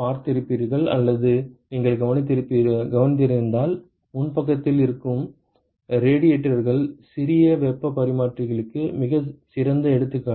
பார்த்திருப்பீர்கள் அல்லது நீங்கள் கவனித்திருந்தால் முன்பக்கத்தில் இருக்கும் ரேடியேட்டர்கள் சிறிய வெப்பப் பரிமாற்றிகளுக்கு மிகச் சிறந்த எடுத்துக்காட்டு